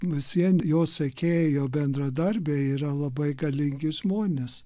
visviem jo sekėjai jo bendradarbiai yra labai galingi žmonės